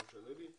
לא משנה לי,